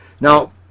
Now